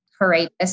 courageous